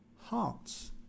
hearts